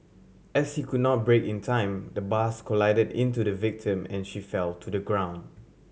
as he could not brake in time the bus collided into the victim and she fell to the ground